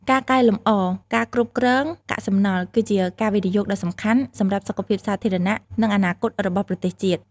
ការកែលម្អការគ្រប់គ្រងកាកសំណល់ គឺជាការវិនិយោគដ៏សំខាន់សម្រាប់សុខភាពសាធារណៈ និងអនាគតរបស់ប្រទេសជាតិ។